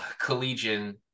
collegian